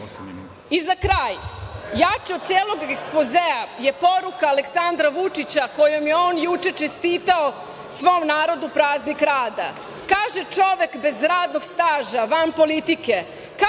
Za kraj, jače od celog ekspozea je poruka Aleksandra Vučića kojom je on juče čestitao svom narodu Praznik rada. Kaže čovek bez radnog staža, van politike kako se za 24 časa nabere